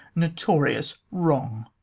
notorious wrong.